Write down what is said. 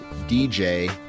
DJ